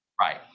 right